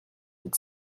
mit